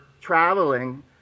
traveling